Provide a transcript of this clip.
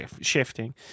shifting